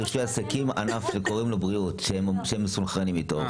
ענף שקוראים לו "בריאות" שהם מסונכרנים איתו.